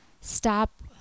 stop